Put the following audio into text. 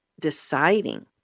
deciding